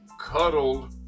cuddled